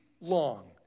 long